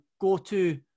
go-to